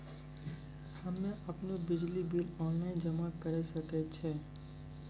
हम्मे आपनौ बिजली बिल ऑनलाइन जमा करै सकै छौ?